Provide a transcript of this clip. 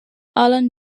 alan